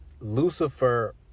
Lucifer